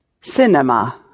cinema